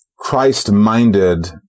christ-minded